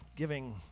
Giving